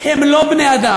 הם לא בני-אדם.